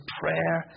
prayer